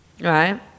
right